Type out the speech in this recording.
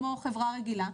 כמו חברה רגילה,